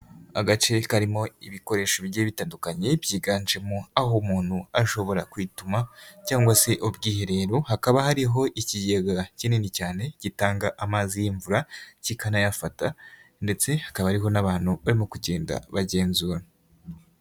Agace karimo ibikoresho bigiye bitandukanye, byiganjemo aho umuntu ashobora kwituma cyangwa se ubwiherero, hakaba hariho ikigega kinini cyane gitanga amazi y'imvura, kikanayafata ndetse hakaba hariho n'abantu barimo kugenda bagenzura.